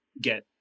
get